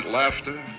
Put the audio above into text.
laughter